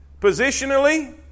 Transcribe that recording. positionally